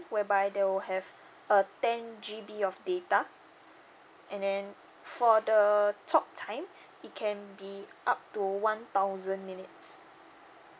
whereby they will have a ten G_B of data and then for the talk time it can be up to one thousand minutes